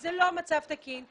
וזה מצב לא תקין,